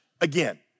again